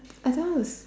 I don't know is